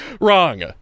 Wrong